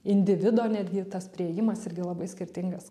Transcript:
individo netgi tas priėjimas irgi labai skirtingas